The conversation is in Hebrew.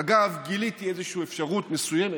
אגב, גיליתי איזושהי אפשרות מסוימת,